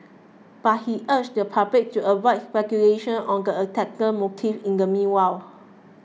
but he urged the public to avoid speculation on the attacker's motives in the meanwhile